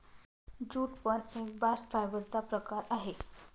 jute पण एक bast fibre चा प्रकार आहे